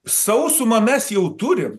sausumą mes jau turim